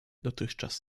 dotychczas